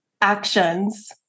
actions